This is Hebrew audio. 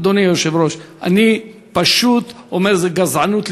אדוני היושב-ראש, אני פשוט אומר, זו גזענות לשמה.